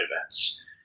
events